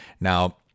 Now